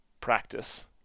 practice